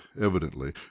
evidently